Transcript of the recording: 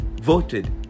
voted